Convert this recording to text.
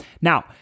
Now